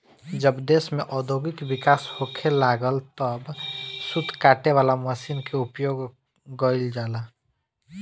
जब देश में औद्योगिक विकास होखे लागल तब सूत काटे वाला मशीन के उपयोग गईल जाला